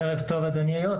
ערב טוב, אדוני היו"ר.